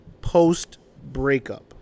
post-breakup